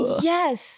Yes